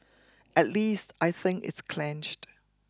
at least I think it's clenched